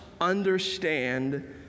understand